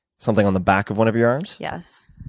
something on the back of one of your arms? yes,